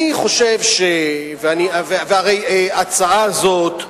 אני חושב, והרי ההצעה הזאת,